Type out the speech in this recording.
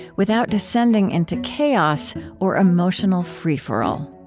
without descending into chaos or emotional free-for-all?